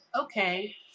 okay